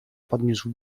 podniósł